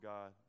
God